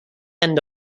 end